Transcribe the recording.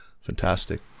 Fantastic